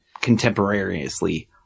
contemporaneously